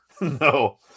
No